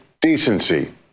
Decency